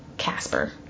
Casper